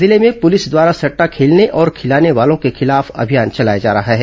जिले में पुलिस द्वारा सट्टा खेलने और खिलाने वालों के खिलाफ अभियान चलाया जा रहा है